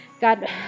God